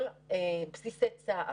יש לנו את מה שאנחנו קוראים לו מפל"ס,